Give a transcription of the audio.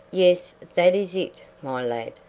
yes, that is it, my lad,